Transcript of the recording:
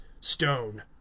stone